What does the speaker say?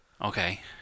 Okay